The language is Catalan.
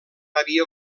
havia